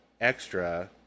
extra